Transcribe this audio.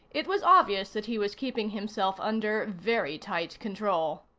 it was obvious that he was keeping himself under very tight control.